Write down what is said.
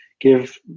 give